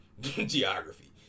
geography